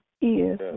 Yes